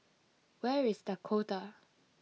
where is Dakota